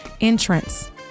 entrance